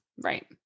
Right